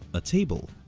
a table,